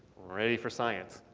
ready for science.